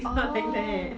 it's not like that